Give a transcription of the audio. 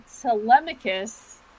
Telemachus